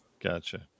gotcha